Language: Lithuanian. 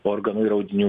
organų ir audinių